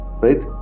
Right